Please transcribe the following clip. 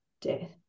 death